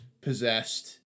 Possessed